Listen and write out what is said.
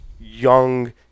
young